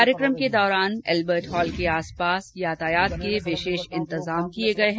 कार्यक्रम के दौरान अल्बर्ट हॉल के आसपास यातायात के विशेष प्रबंध किए गए हैं